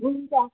हुन्छ